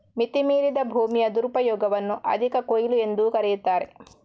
ಮಿತಿ ಮೀರಿದ ಭೂಮಿಯ ದುರುಪಯೋಗವನ್ನು ಅಧಿಕ ಕೊಯ್ಲು ಎಂದೂ ಕರೆಯುತ್ತಾರೆ